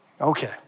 Okay